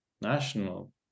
national